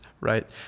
right